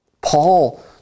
Paul